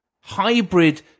Hybrid